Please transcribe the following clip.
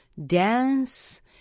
Dance